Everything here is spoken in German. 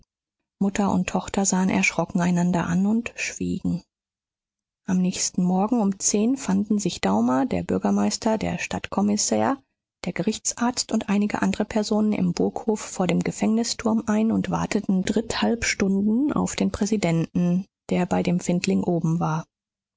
mutter und tochter sahen erschrocken einander an und schwiegen am nächsten morgen um zehn fanden sich daumer der bürgermeister der stadtkommissär der gerichtsarzt und einige andre personen im burghof vor dem gefängnisturm ein und warteten dritthalb stunden auf den präsidenten der bei dem findling oben war